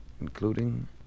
Including